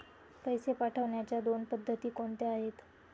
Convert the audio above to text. पैसे पाठवण्याच्या दोन पद्धती कोणत्या आहेत?